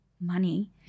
money